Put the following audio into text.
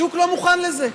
השוק לא מוכן לזה.